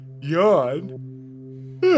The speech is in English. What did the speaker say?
Yawn